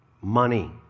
money